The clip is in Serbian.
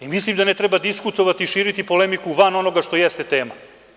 I mislim da ne treba diskutovati, širiti polemiku van onoga što jeste tema.